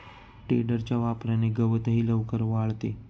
टेडरच्या वापराने गवतही लवकर वाळते